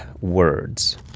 words